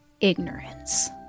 ignorance